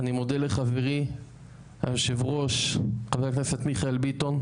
אני מודה לחברי יושב הראש חבר הכנסת מיכאל ביטון,